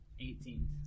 eighteen